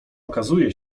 okazuje